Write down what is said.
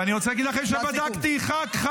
ואני רוצה להגיד לכם שבדקתי ח"כ-ח"כ,